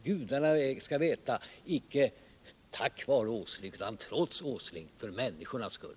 Gudarna skall veta att det inte är tack vare herr Åsling utan trots herr Åsling — för människornas skull!